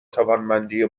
توانمندی